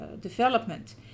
development